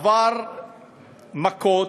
עבר מכות,